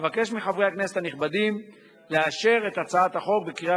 אבקש מחברי הכנסת הנכבדים לאשר את הצעת החוק בקריאה